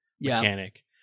mechanic